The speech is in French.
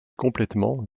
complètement